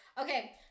Okay